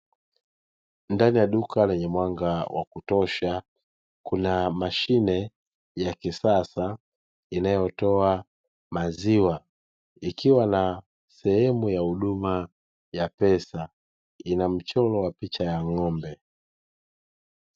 Ndani ya duka lenye mwanga wa kutosha kuna mashine ya kisasa inayotoa maziwa, ikiwa na sehemu ya huduma ya pesa; ina mchoro wa picha ya ng'ombe.